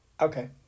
Okay